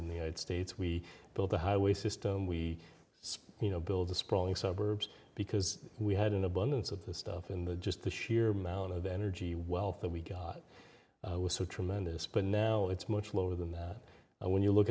in the united states we built the highway system we speak no build the sprawling suburbs because we had an abundance of the stuff in the just the sheer amount of energy wealth that we got was so tremendous but now it's much lower than that and when you look